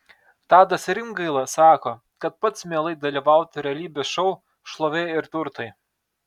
tadas rimgaila sako kad pats mielai dalyvautų realybės šou šlovė ir turtai